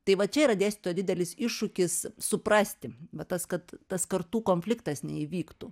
tai va čia yra dėstytojo didelis iššūkis suprasti va tas kad tas kartų konfliktas neįvyktų